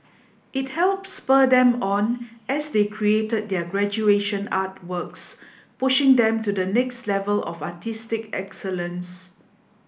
it helped spur them on as they created their graduation artworks pushing them to the next level of artistic excellence